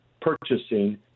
purchasing